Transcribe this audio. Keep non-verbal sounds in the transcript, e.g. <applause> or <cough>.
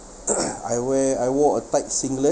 <coughs> I wear I wore a tight singlet